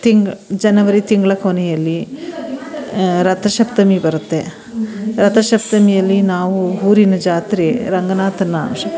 ತಿಂಗ್ January ತಿಂಗಳ ಕೊನೆಯಲ್ಲಿ ರಥಸಪ್ತಮಿ ಬರುತ್ತೆ ರಥಸಪ್ತಮಿಯಲ್ಲಿ ನಾವು ಊರಿನ ಜಾತ್ರೆ ರಂಗನಾಥನ